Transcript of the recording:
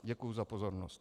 Děkuju za pozornost.